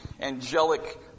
angelic